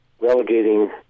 relegating